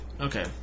Okay